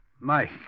Mike